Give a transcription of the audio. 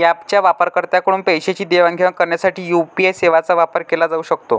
ऍपच्या वापरकर्त्यांकडून पैशांची देवाणघेवाण करण्यासाठी यू.पी.आय सेवांचा वापर केला जाऊ शकतो